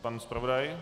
Pan zpravodaj?